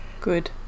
good